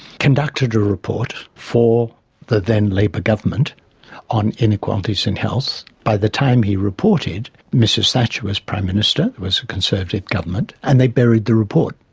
conducted a report for the then labour government on inequalities in health. by the time he reported mrs thatcher was prime minister, it was a conservative government and they buried the report,